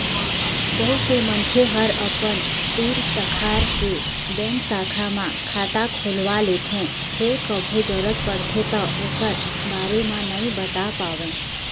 बहुत से मनखे ह अपन तीर तखार के बेंक शाखा म खाता खोलवा लेथे फेर कभू जरूरत परथे त ओखर बारे म नइ बता पावय